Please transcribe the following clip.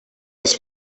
dass